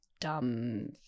Dumb